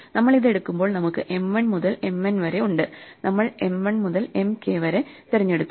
നമ്മൾ ഇത് എടുക്കുമ്പോൾ നമുക്ക് M 1 മുതൽ M n വരെ ഉണ്ട് നമ്മൾ M 1 മുതൽ M k വരെ തിരഞ്ഞെടുത്തു